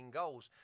goals